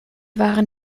waren